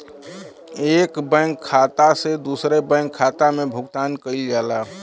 एक बैंक खाता से दूसरे बैंक खाता में भुगतान कइल जाला